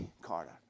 Carter